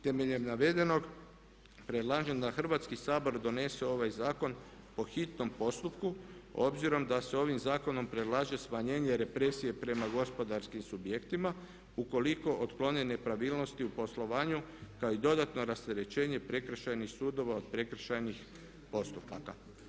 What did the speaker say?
Temeljem navedenog predlažem da Hrvatski sabor donese ovaj zakon po hitnom postupku, obzirom da se ovim zakonom predlaže smanjenje represije prema gospodarskim subjektima ukoliko otklone nepravilnosti u poslovanju kao i dodatno rasterećenje Prekršajnih sudova od prekršajnih postupaka.